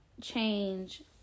change